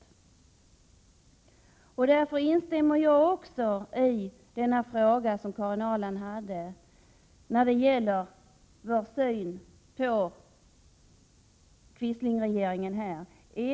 Jag instämmer i den fråga som Karin Ahrland ställde beträffande vår syn på quislingregeringen i Afghanistan.